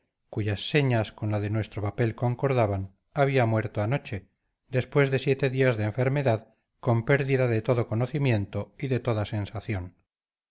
cuyas señas con las de nuestro papel concordaban había muerto anoche después de siete días de enfermedad con pérdida de todo conocimiento y de toda sensación